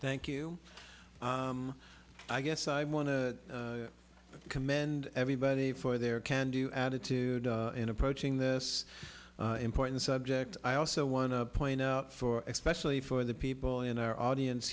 thank you i guess i want to commend everybody for their can do attitude in approaching this important subject i also want to point out for especially for the people in our audience